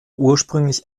ursprüngliche